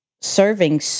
serving